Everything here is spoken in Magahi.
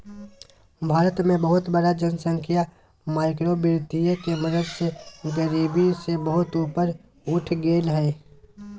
भारत के बहुत बड़ा जनसँख्या माइक्रो वितीय के मदद से गरिबी से बहुत ऊपर उठ गेलय हें